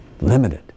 limited